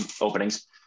openings